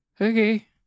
Okay